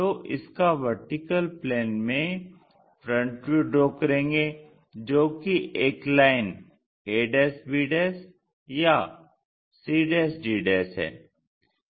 तो इसका VP में FV ड्रा करेंगे जो कि एक लाइन ab cd है